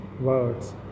words